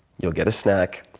you'll get a snack.